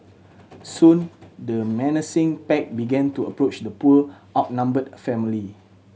soon the menacing pack began to approach the poor outnumbered family